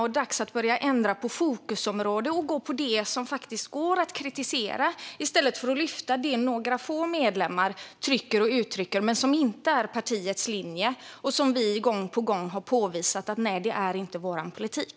Det är dags att börja ändra fokusområde och gå på det som faktiskt går att kritisera i stället för att lyfta fram det som några få medlemmar tycker och uttrycker men som inte är partiets linje och som vi gång på gång har påvisat inte är vår politik.